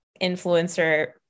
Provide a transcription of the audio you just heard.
influencer